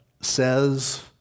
says